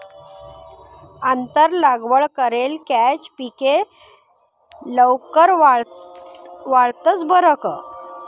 आंतर लागवड करेल कॅच पिके लवकर वाढतंस बरं का